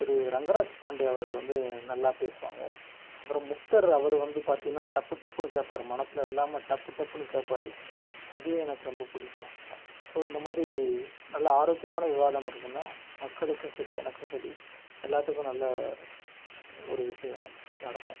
ஒரு ரங்க ராஜ் பாண்டி அவர்கள் வந்து நல்லா பேசுவாங்கள் அப்புறம் முக்தர் அவர் வந்து பார்த்திங்கன்னா டப்பு டப்புன்னு கேட்பாரு மனசில் இல்லாமல் டப்பு டப்புன்னு கேட்பாரு அதுவும் எனக்கு ரொம்ப பிடிக்கும் ஸோ இந்தமாதிரி நல்லா ஆரோக்கியமான விவாதம் இருந்ததுன்னா மக்களுக்கும் சரி எனக்கும் சரி எல்லாத்துக்கும் நல்ல ஒரு விஷயம் நடக்கும்